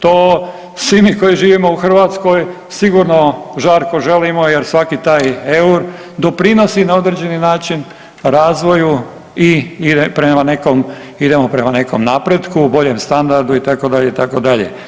To svi mi koji živimo u Hrvatskoj sigurno žarko želimo jer svaki taj eur doprinosi na određeni način razvoju i idemo prema nekom napretku, boljem standardu itd., itd.